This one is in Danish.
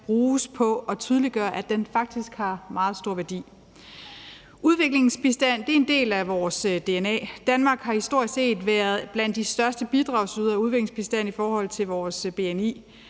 bruges på, og tydeliggør, at den faktisk har meget stor værdi. Udviklingsbistand er en del af vores dna. Danmark har historisk set været blandt de største bidragsydere af udviklingsbistand i forhold til vores bni.